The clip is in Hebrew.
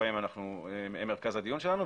שהם מרכז הדיון שלנו.